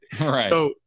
Right